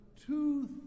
two